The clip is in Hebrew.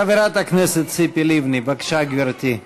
חברת הכנסת ציפי לבני, בבקשה, גברתי.